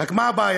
רק מה הבעיה,